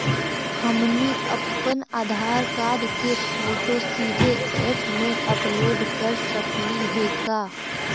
हमनी अप्पन आधार कार्ड के फोटो सीधे ऐप में अपलोड कर सकली हे का?